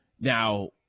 Now